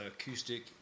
acoustic